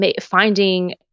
finding